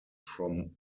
from